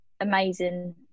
amazing